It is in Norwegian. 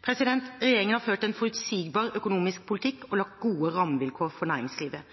Regjeringen har ført en forutsigbar økonomisk politikk og lagt